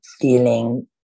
feeling